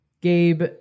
Gabe